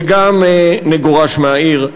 וגם נגורש מהעיר.